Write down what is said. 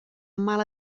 mal